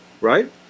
right